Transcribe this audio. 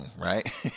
right